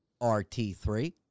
RT3